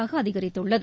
ஆக அதிகரித்துள்ளது